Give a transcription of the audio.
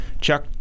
Chuck